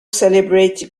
celebrate